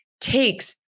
takes